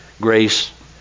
grace